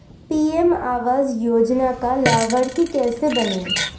PM Awas Yojana का लाभर्ती कैसे बनें?